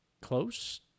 close